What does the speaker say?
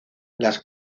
las